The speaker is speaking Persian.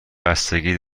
بستگی